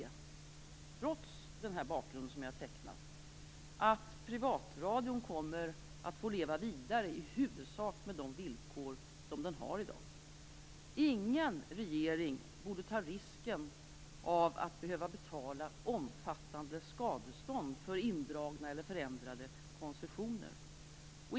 Trots den bakgrund jag har tecknat är min prognos att privatradion kommer att få leva vidare i huvudsak med de villkor som den har i dag. Ingen regering borde ta risken att behöva betala omfattande skadestånd för indragna eller förändrade koncessioner.